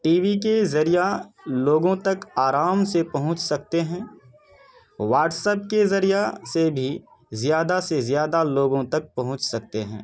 T V کے ذریعہ لوگوں تک آرام سے پہنچ سکتے ہیں واٹس ایپ کے ذریعہ سے بھی زیادہ سے زیادہ لوگوں تک پہنچ سکتے ہیں